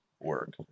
work